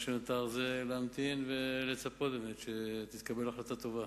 מה שנותר זה להמתין ולצפות שתתקבל החלטה טובה.